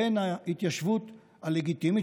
בין ההתיישבות הלגיטימית,